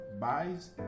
buys